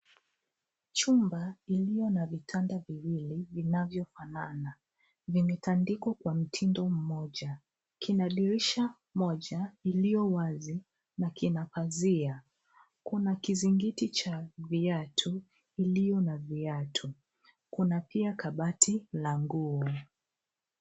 Chumba iliyo na vitanda viwili vinavyofanana vimetandikwa kwa mtindo mmoja. Kina dirisha moja iliyo wazi na kina pazia. Kuna kizingiti cha viatu iliyo na viatu. Kuna pia kabati la nguo.